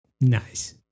Nice